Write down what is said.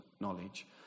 knowledge